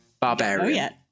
Barbarian